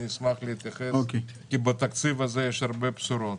אני אשמח להתייחס כי בתקציב הזה יש הרבה בשורות.